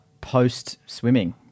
post-swimming